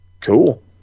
Cool